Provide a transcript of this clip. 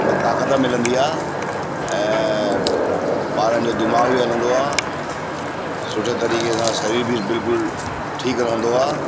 हिन ताक़तु मिलंदी आहे ऐं ॿारनि जो दीमाग़ु बि हलंदो आहे सुठे तरीक़े सां शरीर बि बिल्कुलु ठीकु रहंदो आहे